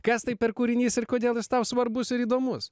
kas tai per kūrinys ir kodėl jis tau svarbus ir įdomus